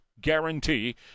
guarantee